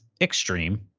extreme